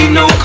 no